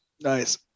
Nice